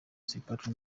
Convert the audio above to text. sepetu